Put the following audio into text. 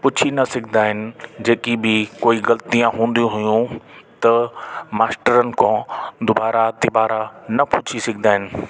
पुछी न सघंदा आहिनि जेकी बि कोई गलतियां हूंदी हुयूं त मास्टरनि खां दुबारा तिबारा न पुछी सघंदा आहिनि